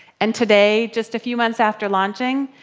and today, just a few months after launching,